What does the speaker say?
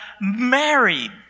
married